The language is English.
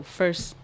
first